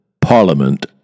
Parliament